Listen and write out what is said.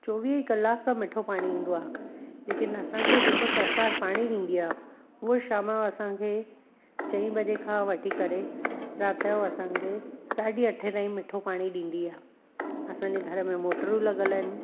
चोवीह कलाक मिठो पाणी ईंदो आहे लेकीन असांखे जेको सरकारु पाणी ॾींदी आहे हूअ शाम जो असांखे चईं बजे खां वठी करे राति जो असांखे साढ़ी अठे ताईं मिठो पाणी ॾींदी आहे असांजे घर में मोटरूं लॻल आहिनि